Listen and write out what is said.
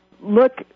look